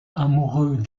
amoureux